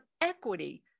equity